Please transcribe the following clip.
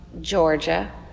Georgia